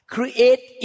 Create